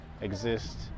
exist